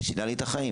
זה שינה לי את החיים.